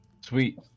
Sweet